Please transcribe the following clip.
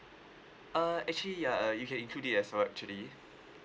uh actually uh you can include it as well actually